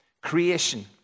Creation